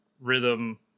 rhythm